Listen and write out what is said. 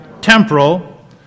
Temporal